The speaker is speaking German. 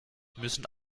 müssen